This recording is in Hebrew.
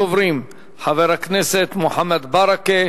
ראשון הדוברים, חבר הכנסת מוחמד ברכה,